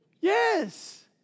Yes